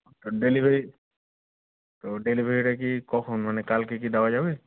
তো ডেলিভারি তো ডেলিভারিটা কি কখন মানে কালকে কি দেওয়া যাবে